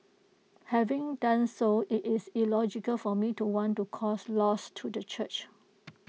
having done so IT is illogical for me to want to cause loss to the church